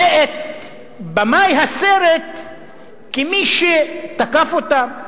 ואת במאי הסרט כמי שתקף אותם,